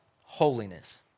holiness